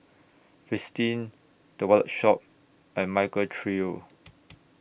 Fristine The Wallet Shop and Michael Trio